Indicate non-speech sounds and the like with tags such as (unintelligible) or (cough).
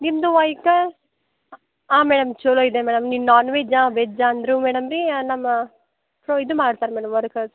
ನಿಮ್ಮದು ವೈಕಲ್ ಹಾಂ ಮೇಡಮ್ ಚಲೋ ಇದೆ ಮೇಡಮ್ ನೀವು ನಾನ್ ವೆಜ್ಜಾ ವೆಜ್ಜಾ ಅಂದ್ರೆ ಮೇಡಮ್ ರೀ ನಮ್ಮ ಸೊ ಇದು ಮಾಡ್ತಾರೆ ಮೇಡಮ್ (unintelligible)